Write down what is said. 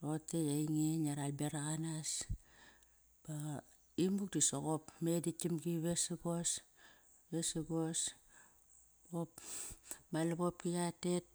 Roqotei ainge ngia ral beraq anas. Imuk dosoqop ma edagam gi vesagos, vesagos ma lavopki yatet.